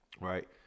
right